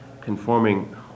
conforming